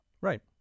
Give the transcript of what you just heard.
right